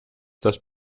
das